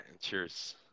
cheers